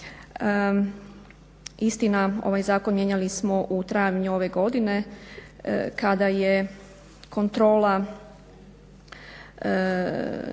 Istina ovaj zakon mijenjali smo u travnju ove godine kada je kontrola